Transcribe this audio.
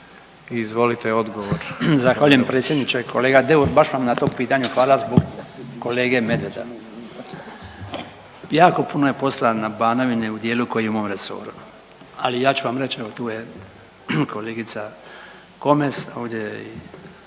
Branko (HDZ)** Zahvaljujem predsjedniče. Kolega Deur baš vam na tom pitanju hvala zbog kolege Medveda. Jako je puno posla na Banovini u dijelu koji je u mom resoru, ali ja ću vam reć evo tu je kolegica Komes, ovdje je